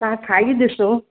तव्हां खाई ॾिसो